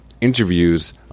interviews